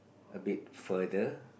a bit further